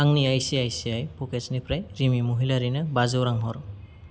आंनि I C I C I प'केट्सनिफ्राय रिमि महिलारिनो बाजौ रां हर